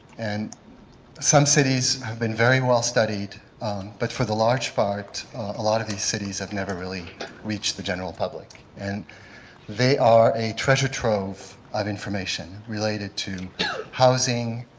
and some cities have been very well studied but for the large part a lot of these cities have never really reached the general public and they are a treasure trove of information related to housing,